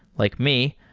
like me,